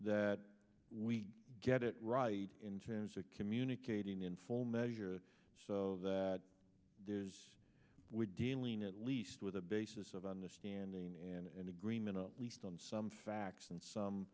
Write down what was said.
that we get it right in terms of communicating in full measure so that there's we're dealing at least with the basis of understanding and agreement at least on some facts and